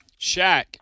Shaq